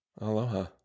Aloha